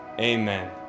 Amen